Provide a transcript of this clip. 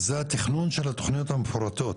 זה התכנון של התכניות המפורטות.